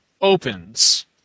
opens